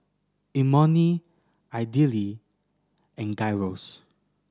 Imoni Idili and Gyros